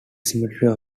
cemetery